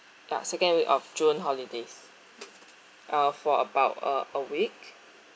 ya second week of june holidays uh for about a a week